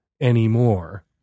anymore